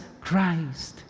Christ